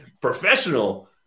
professional